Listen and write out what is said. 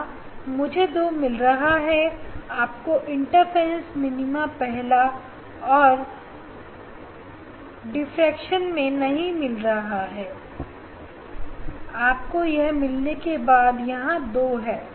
हां मुझे दो मिल रहा है आपको डिफ्रेक्शन मिनीमा पहला और डिप्रेशन में नहीं मिल रहा है आपको यह मिलने के बाद हां यह 2 है